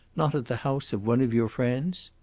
not at the house of one of your friends?